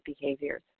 behaviors